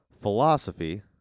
Philosophy